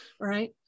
Right